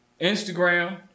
Instagram